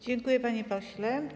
Dziękuję, panie pośle.